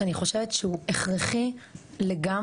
שאני חושבת שהוא הכרחי לגמרי.